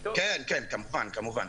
כן, כמובן.